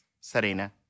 Serena